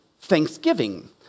Thanksgiving